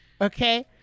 Okay